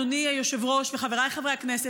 אדוני היושב-ראש וחבריי חברי הכנסת,